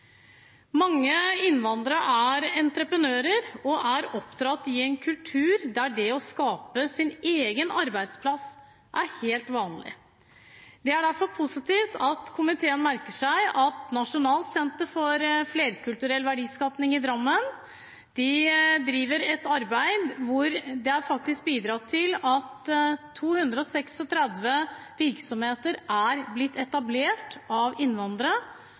Mange innvandrere er entreprenører og oppdratt i en kultur der det å skape sin egen arbeidsplass er helt vanlig. Det er derfor positivt at komiteen merker seg at Nasjonalt senter for flerkulturell verdiskapning i Drammen driver et arbeid hvor det faktisk har bidratt til at 263 virksomheter er blitt etablert av innvandrere,